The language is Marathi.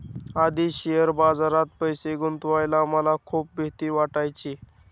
आधी शेअर बाजारात पैसे गुंतवायला मला खूप भीती वाटायची